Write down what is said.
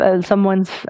someone's